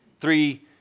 three